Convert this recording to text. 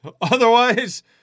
Otherwise